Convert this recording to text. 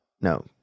No